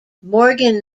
morgan